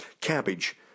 cabbage